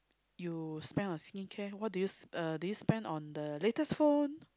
you spend on skincare what do you s~ (uh)do you spend on the latest phone